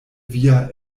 via